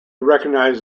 recognize